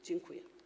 Dziękuję.